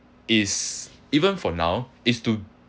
is even for now is to